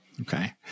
Okay